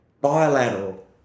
bilateral